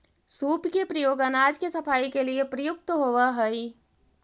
सूप के प्रयोग अनाज के सफाई के लिए प्रयुक्त होवऽ हई